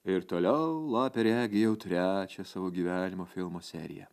ir toliau lapė regi jau trečią savo gyvenimo filmo seriją